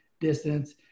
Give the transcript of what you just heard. distance